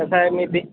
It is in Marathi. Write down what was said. कसं आहे मी ते